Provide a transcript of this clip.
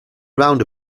round